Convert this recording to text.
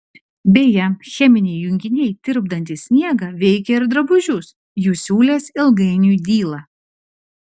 beje cheminiai junginiai tirpdantys sniegą veikia ir drabužius jų siūlės ilgainiui dyla